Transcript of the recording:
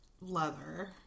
leather